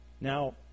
Now